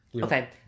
Okay